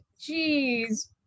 Jeez